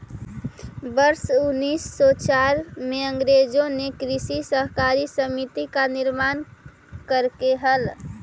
वर्ष उनीस सौ चार में अंग्रेजों ने कृषि सहकारी समिति का निर्माण करकई हल